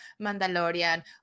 mandalorian